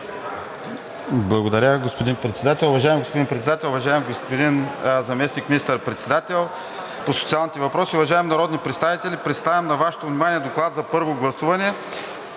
Благодаря Ви, господин Председател. (Шум и реплики.) Уважаеми господин Председател, уважаеми господин Заместник министър-председател по социалните въпроси, уважаеми народни представители! Представям на Вашето внимание: „Доклад за първо гласуване